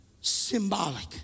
Symbolic